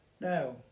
Now